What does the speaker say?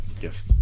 gifts